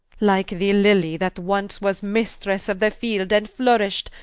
like the lilly that once was mistris of the field, and flourish'd,